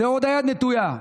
ועוד היד נטויה.